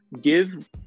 give